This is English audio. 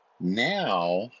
Now